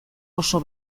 oso